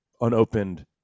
unopened